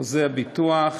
חוזה הביטוח